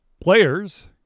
Players